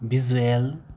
visual